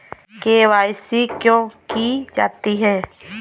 KYC क्यों की जाती है?